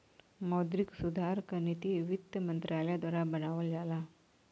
मौद्रिक सुधार क नीति वित्त मंत्रालय द्वारा बनावल जाला